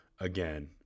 again